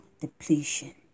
depletion